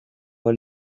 ahal